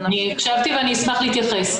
הקשבתי ואשמח להתייחס.